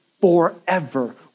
forever